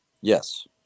Yes